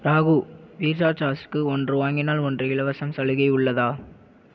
Rahu pizza சாஸுக்கு ஒன்று வாங்கினால் ஒன்று இலவசம் சலுகை உள்ளதா